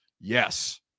Yes